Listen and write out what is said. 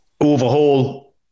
overhaul